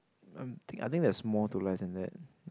um think I think there's more to life than that